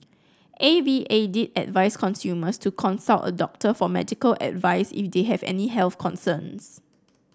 A V A did advice consumers to consult a doctor for medical advice if they have any health concerns